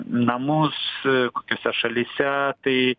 namus kokiose šalyse tai